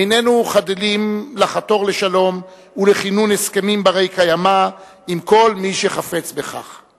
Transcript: איננו חדלים לחתור לשלום ולכינון הסכמים בני-קיימא עם כל מי שחפץ בכך.